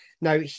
Now